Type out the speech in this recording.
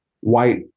white